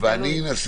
תלוי.